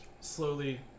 slowly